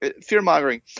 Fear-mongering